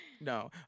No